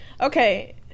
Okay